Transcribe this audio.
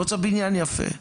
הוא רצה בניין יפה בצפון,